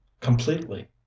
Completely